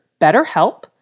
BetterHelp